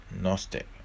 Gnostic